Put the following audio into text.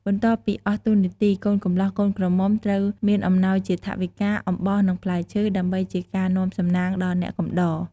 បន្ទាប់ពីអស់តួនាទីកូនកម្លោះកូនក្រមុំត្រូវមានអំណោយជាថវិកា អំបោះ និងផ្លែឈើ ដើម្បីជាការនាំសំណាងដល់អ្នកកំដរ។